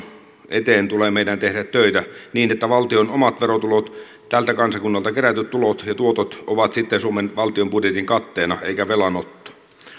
eteen tulee meidän tehdä töitä niin että valtion omat verotulot tältä kansakunnalta kerätyt tulot ja tuotot ovat sitten suomen valtion budjetin katteena eikä velanotto